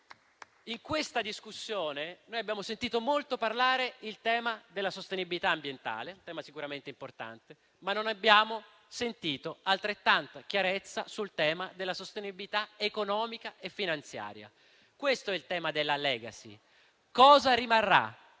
In questa discussione abbiamo sentito molto evocare il tema della sostenibilità ambientale, un tema sicuramente importante, ma non abbiamo sentito parlare con altrettanta chiarezza del tema della sostenibilità economica e finanziaria. Questo è il tema della *legacy*: cosa rimarrà